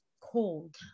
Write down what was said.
cold